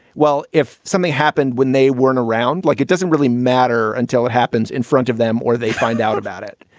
well, if something happened when they weren't around. like, it doesn't really matter until it happens in front of them or they find out about it,